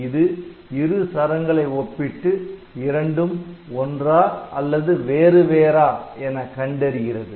இது இரு சரங்களை ஒப்பிட்டு இரண்டும் ஒன்றா அல்லது வேறு வேறா என கண்டறிகிறது